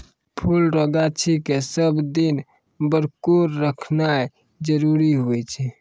फुल रो गाछी के सब दिन बरकोर रखनाय जरूरी हुवै छै